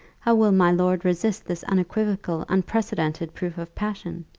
how will my lord resist this unequivocal, unprecedented proof of passion?